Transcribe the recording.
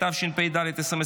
התשפ"ד 2024,